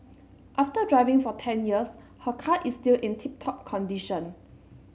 after driving for ten years her car is still in tip top condition